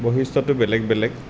বৈশিষ্ট্য়টো বেলেগ বেলেগ